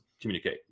communicate